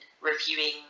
reviewing